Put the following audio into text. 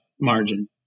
margin